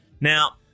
Now